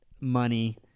money